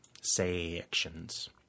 Sections